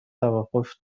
توقف